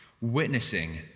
Witnessing